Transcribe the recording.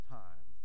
time